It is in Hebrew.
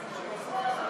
לפרוטוקול, השרה.